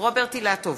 רוברט אילטוב,